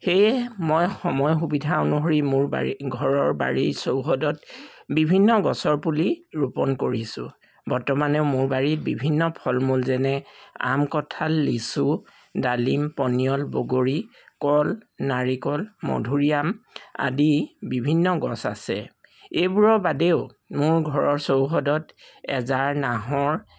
সেয়ে মই সময় সুবিধা অনুসৰি মোৰ বাৰী ঘৰৰ বাৰী চৌহদত বিভিন্ন গছৰ পুলি ৰোপণ কৰিছোঁ বৰ্তমানে মোৰ বাৰীত বিভিন্ন ফল মূল যেনে আম কঁঠাল লিচু ডালিম পনিয়ল বগৰী কল নাৰিকল মধুৰিআম আদি বিভিন্ন গছ আছে এইবোৰৰ বাদেও মোৰ ঘৰৰ চৌহদত এজাৰ নাহৰ